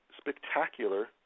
spectacular